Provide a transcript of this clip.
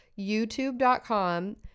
youtube.com